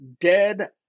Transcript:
dead